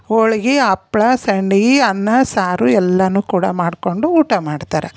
ಹೋಳ್ಗೆ ಹಪ್ಳ ಸಂಡಿಗೆ ಅನ್ನ ಸಾರು ಎಲ್ಲನೂ ಕೂಡ ಮಾಡಿಕೊಂಡು ಊಟ ಮಾಡ್ತಾರೆ